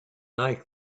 like